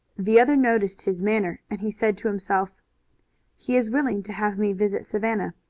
the other noticed his manner, and he said to himself he is willing to have me visit savannah.